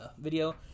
video